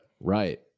Right